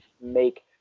make